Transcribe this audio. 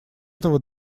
этого